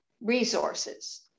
resources